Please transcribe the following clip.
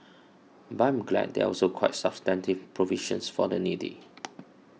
but I am glad there are also quite substantive provisions for the needy